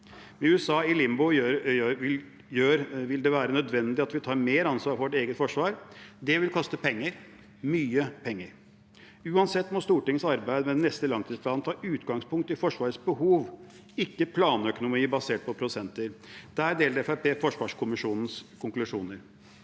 Med USA i limbo vil det være nødvendig at vi tar mer ansvar for vårt eget forsvar. Det vil koste penger – mye penger. Uansett må Stortingets arbeid med den neste langtidsplanen ta utgangspunkt i Forsvarets behov, ikke planøkonomi basert på prosenter. Der deler Fremskrittspartiet forsvarskommisjonens konklusjoner.